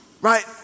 right